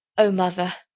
o mother,